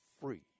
free